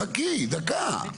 חכי דקה,